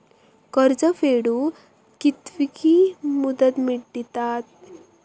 कर्ज फेडूक कित्की मुदत दितात?